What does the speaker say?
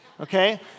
Okay